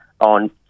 on